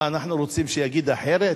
מה, אנחנו רוצים שיגיד אחרת?